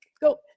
go